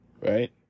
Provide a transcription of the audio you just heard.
right